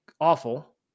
awful